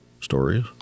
stories